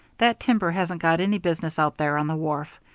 that timber hasn't got any business out there on the wharf.